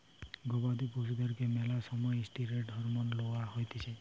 গবাদি পশুদেরকে ম্যালা সময় ষ্টিরৈড হরমোন লওয়া হতিছে